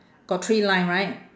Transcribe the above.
got three line right